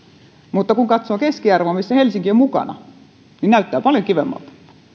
mutta kun katsoo keskiarvoa missä helsinki on mukana niin näyttää paljon kivemmalta